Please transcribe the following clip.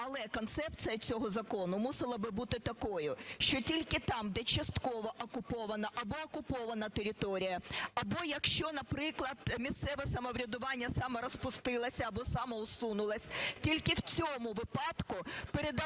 але концепція цього закону мусила би бути такою, що тільки там, де частково окупована або окупована територія або якщо, наприклад, місцеве самоврядування саморозпустилося або самоусунулося, тільки в цьому випадку передавати